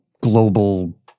global